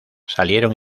salieron